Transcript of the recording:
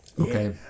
Okay